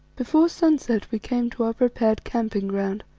before sunset we came to our prepared camping ground,